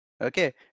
Okay